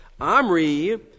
Amri